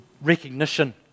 recognition